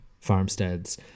farmsteads